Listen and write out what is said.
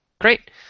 Great